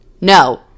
no